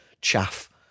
chaff